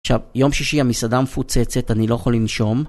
עכשיו, יום שישי המסעדה מפוצצת, אני לא יכול לנשום